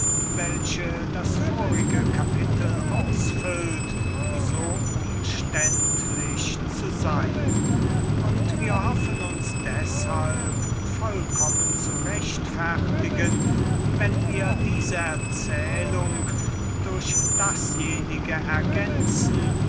welche das vorige kapitel ausfüllt so umständlich zu sein und wir hoffen uns deshalb vollkommen zu rechtfertigen wenn wir diese erzählung durch dasjenige ergänzen